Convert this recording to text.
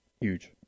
huge